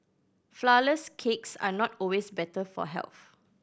flourless cakes are not always better for health